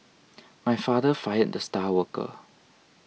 my father fired the star worker